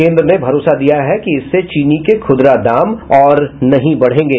केन्द्र ने भरोसा दिया है कि इससे चीनी के खुदरा दाम और नहीं बढ़ेंगे